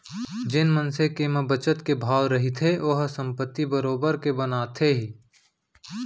जेन मनसे के म बचत के भाव रहिथे ओहा संपत्ति बरोबर के बनाथे ही